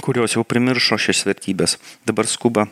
kurios jau primiršo šias vertybes dabar skuba